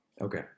Okay